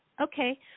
Okay